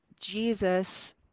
Jesus